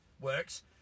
works